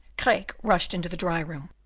craeke rushed into the dry-room.